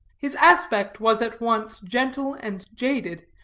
his aspect was at once gentle and jaded,